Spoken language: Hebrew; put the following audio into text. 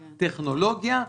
טכנולוגיה,